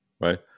right